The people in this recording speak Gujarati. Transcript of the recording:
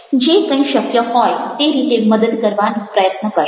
જે કંઈ શક્ય હોય તે રીતે મદદ કરવાનો પ્રયત્ન કરશે